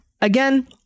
Again